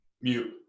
Mute